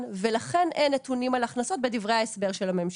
ולכן אין נתונים על הכנסות בדברי ההסבר של הממשלה.